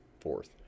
fourth